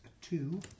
two